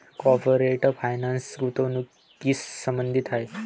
corporate finance गुंतवणुकीशी संबंधित आहे